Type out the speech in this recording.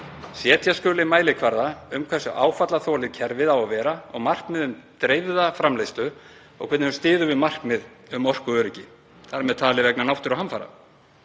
Setja skuli mælikvarða um hversu áfallaþolið kerfið á að vera og markmið um dreifða framleiðslu og hvernig hún styður við markmið um orkuöryggi, þar með talið vegna náttúruhamfara.